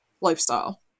lifestyle